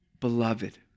beloved